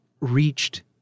reached